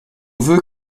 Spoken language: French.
veut